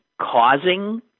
causing